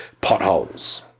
potholes